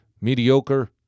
mediocre